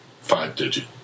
five-digit